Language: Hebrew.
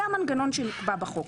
זה המנגנון שנקבע בחוק.